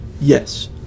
yes